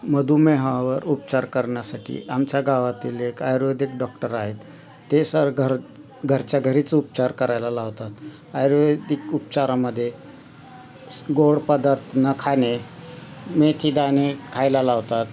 मधुमेहावर उपचार करण्यासाठी आमच्या गावातील एक आयुर्वेदिक डॉक्टर आहेत ते सर घर घरच्या घरीच उपचार करायला लावतात आयुर्वेदिक उपचारामध्ये गोड पदार्थ नखाने मेथीदाणे खायला लावतात